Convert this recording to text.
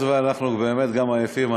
היות שאנחנו באמת גם עייפים,